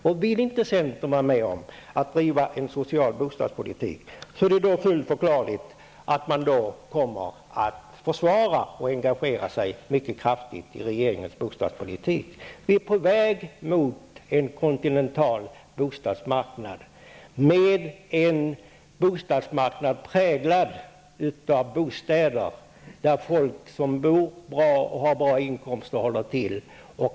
Om centern inte vill vara med om att driva en social bostadspolitik är det fullt förklarligt att man kommer att försvara och engagera sig mycket kraftigt i regeringens bostadspolitik. Vi är på väg mot en kontinental bostadsmarknad, präglad av bostäder för folk som har bra inkomster.